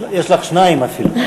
יש לך שניים אפילו.